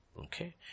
Okay